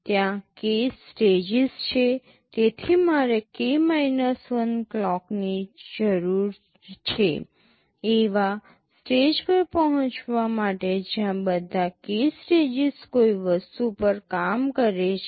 ત્યાં k stages છે તેથી મારે k 1 ક્લોકસની જરૂર છે એવા સ્ટેજ પર પહોંચવા માટે જ્યાં બધા k સ્ટેજીસ કોઈ વસ્તુ પર કામ કરે છે